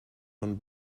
von